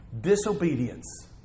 Disobedience